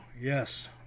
Yes